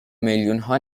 میلیونها